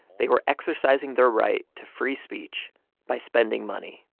they were exercising their right to free speech by spending money.